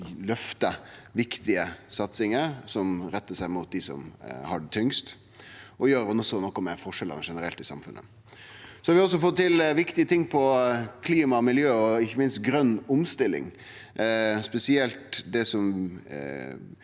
løftar viktige satsingar som rettar seg mot dei som har det tyngst, og også gjer noko med forskjellane generelt i samfunnet. Vi har også fått til viktige ting på klima, miljø og ikkje minst grøn omstilling, spesielt det vi